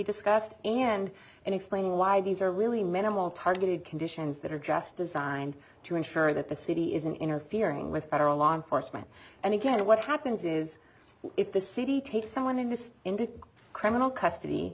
discussed in end and explaining why these are really minimal targeted conditions that are just designed to ensure that the city isn't interfering with federal law enforcement and again what happens is if the city takes someone in this is indeed criminal custody